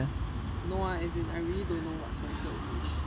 no ah as is in I really don't know what's my third wish